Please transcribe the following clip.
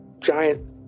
giant